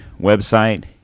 website